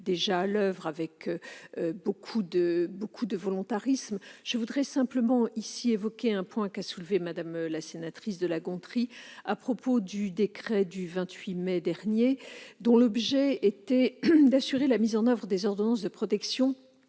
déjà à l'oeuvre avec beaucoup de volontarisme. Je veux simplement évoquer un point qu'a soulevé Mme de la Gontrie, à propos du décret publié le 28 mai dernier, dont l'objet était d'assurer la mise en oeuvre des ordonnances de protection